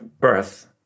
birth